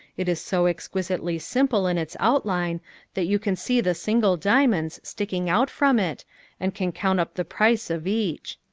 it is so exquisitely simple in its outline that you can see the single diamonds sticking out from it and can count up the price of each.